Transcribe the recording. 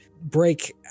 break